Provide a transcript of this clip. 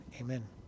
Amen